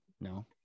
No